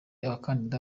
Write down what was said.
abakandida